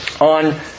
on